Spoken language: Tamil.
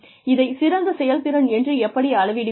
இதைச் சிறந்த செயல்திறன் என்று எப்படி அளவிடுவீர்கள்